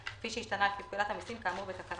מפוקח אחר על ידי